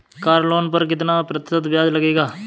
Car loan पर कितना प्रतिशत ब्याज लगेगा?